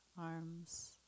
arms